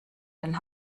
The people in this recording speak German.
den